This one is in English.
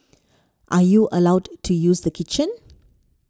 are you allowed to use the kitchen